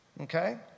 Okay